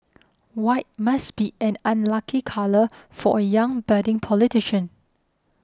white must be an unlucky colour for a young budding politician